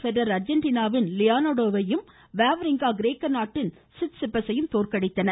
Federer அர்ஜென்டினாவின் லியானொடோ மேயரையும் வேவ்ரிங்கா கிரேக்க நாட்டின் சிஸ்சிபசையும் தோற்கடித்தனர்